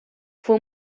fue